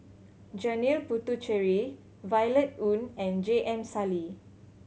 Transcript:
Janil Puthucheary Violet Oon and J M Sali